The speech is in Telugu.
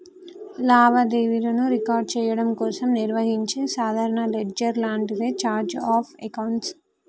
లావాదేవీలను రికార్డ్ చెయ్యడం కోసం నిర్వహించే సాధారణ లెడ్జర్ లాంటిదే ఛార్ట్ ఆఫ్ అకౌంట్స్